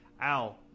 Al